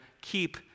keep